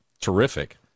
terrific